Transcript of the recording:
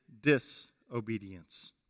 disobedience